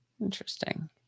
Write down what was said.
Interesting